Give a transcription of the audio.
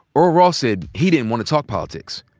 earl ross said he didn't want to talk politics.